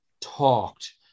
talked